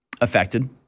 affected